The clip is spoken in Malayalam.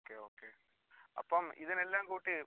ഓക്കെ ഓക്കെ അപ്പം ഇതിനെല്ലാം കൂട്ടി